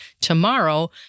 tomorrow